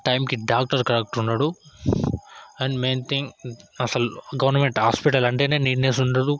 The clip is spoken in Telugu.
టైంకి డాక్టర్ కరెక్ట్ ఉండడు అండ్ మెయిన్ థింగ్ అసలు గవర్నమెంట్ హాస్పిటల్ అంటేనే నీట్నెస్ ఉండదు